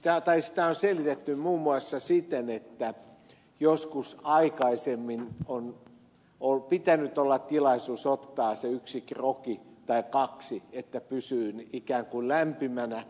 sitä on selitetty muun muassa siten että joskus aikaisemmin on pitänyt olla tilaisuus ottaa se yksi grogi tai kaksi että pysyy ikään kuin lämpimänä